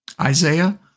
Isaiah